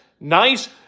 Nice